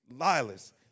Lila's